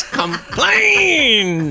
complain